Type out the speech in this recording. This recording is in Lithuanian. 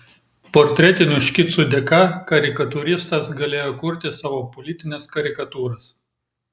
portretinių škicų dėka karikatūristas galėjo kurti savo politines karikatūras